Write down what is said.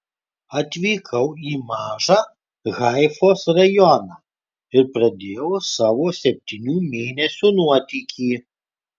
atvykau į mažą haifos rajoną ir pradėjau savo septynių mėnesių nuotykį